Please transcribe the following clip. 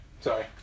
sorry